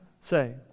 say